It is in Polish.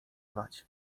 wać